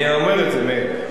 אני אומר את זה, מאיר.